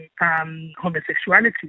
homosexuality